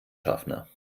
schaffner